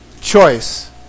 choice